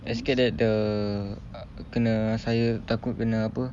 I scared that the kena saya takut kena apa